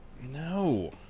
no